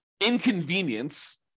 inconvenience